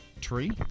Tree